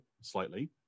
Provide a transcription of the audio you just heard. slightly